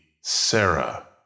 Sarah